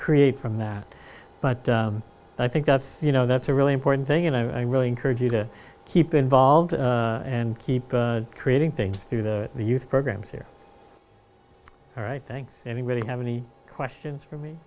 create from that but i think that's you know that's a really important thing and i really encourage you to keep involved and keep creating things through the youth programs here all right thanks anybody have any questions for me